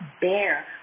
bear